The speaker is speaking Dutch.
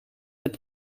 het